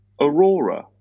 Aurora